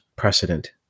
precedent